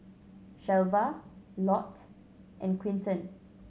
Shelva Lott and Quinton